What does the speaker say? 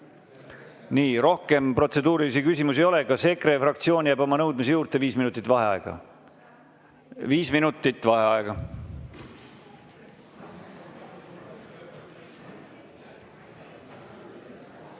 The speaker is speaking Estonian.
Rohkem protseduurilisi küsimusi ei ole. Kas EKRE fraktsioon jääb oma nõudmise juurde – viis minutit vaheaega? Viis minutit vaheaega.V